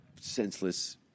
senseless